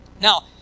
now